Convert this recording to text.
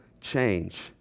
change